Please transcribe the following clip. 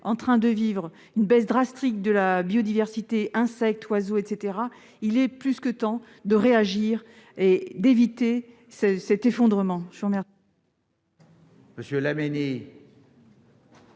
en train de vivre une baisse drastique de la biodiversité- insectes, oiseaux et autres -; il est plus que temps de réagir et d'éviter l'effondrement. Nous voterons